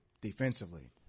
defensively